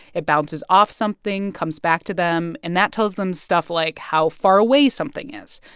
it bounces off something, comes back to them and that tells them stuff like how far away something is.